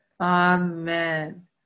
Amen